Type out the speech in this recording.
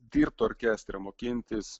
dirbt orkestre mokintis